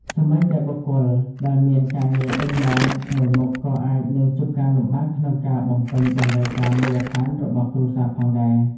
សូម្បីតែបុគ្គលដែលមានការងារពេញម៉ោងមួយមុខ ក៏អាចនឹងជួបការលំបាកក្នុងការបំពេញតម្រូវការមូលដ្ឋានរបស់គ្រួសារផងដែរ។